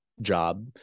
job